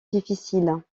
difficile